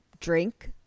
drink